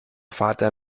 vater